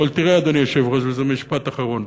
אבל תראה, אדוני היושב-ראש, וזה משפט אחרון,